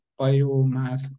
biomass